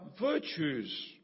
virtues